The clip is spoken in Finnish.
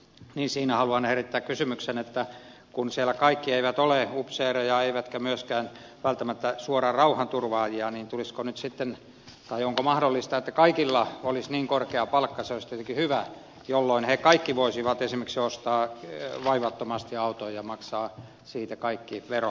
siinä haluan herättää kysymyksen että kun siellä kaikki eivät ole upseereja eivätkä myöskään välttämättä suoraan rauhanturvaajia niin onko mahdollista että kaikilla olisi niin korkea palkka se olisi tietenkin hyvä että he kaikki voisivat ostaa vaivattomasti auton ja maksaa siitä kaikki verot